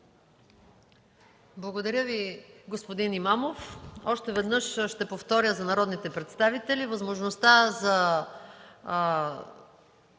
Благодаря Ви, господин Имамов. Още веднъж ще повторя за народните представители възможността за